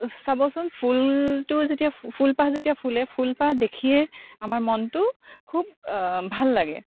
চাবচোন ফুলটো যেতিয়া ফুলপাহ যেতিয়া ফুলে ফুলপাহ দেখিয়ে আমাৰ মনটো খুব ভাল লাগে